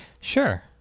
sure